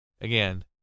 Again